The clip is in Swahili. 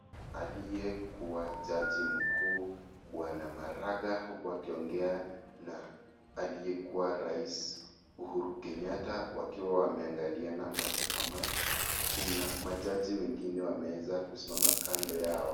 Aliyekua jaji mkuu bwana Maraga huku akiongea na aliyekua rais Uhuru Kenyatta wakiwa wameangaliana macho kwa macho, kuna majaji wengine wameeza kusimama kando yao.